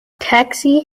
taxi